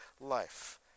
life